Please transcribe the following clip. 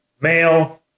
male